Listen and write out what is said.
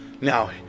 now